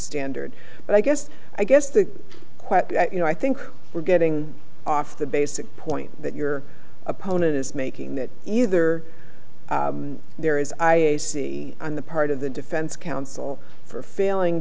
standard but i guess i guess the question you know i think we're getting off the basic point that your opponent is making that either there is i see on the part of the defense counsel for failing